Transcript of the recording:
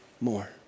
more